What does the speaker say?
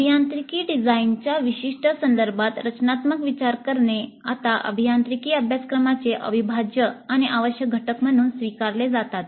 अभियांत्रिकी डिझाइनच्या विशिष्ट संदर्भात रचनात्मक विचार करणे आता अभियांत्रिकी अभ्यासक्रमाचे अविभाज्य आणि आवश्यक घटक म्हणून स्वीकारले जातात